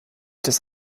das